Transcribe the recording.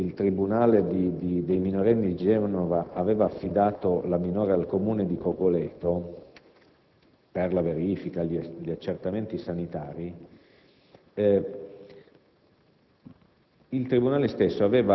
dopo che il tribunale dei minorenni di Genova aveva affidato la minore al Comune di Cogoleto per gli accertamenti sanitari,